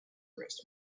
arrest